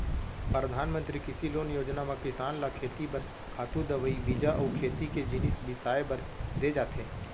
परधानमंतरी कृषि लोन योजना म किसान ल खेती बर खातू, दवई, बीजा अउ खेती के जिनिस बिसाए बर दे जाथे